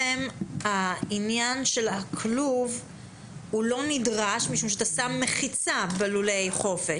העניין של הכלוב לא נדרש משום שאתה שם מחיצה בלולי חופש.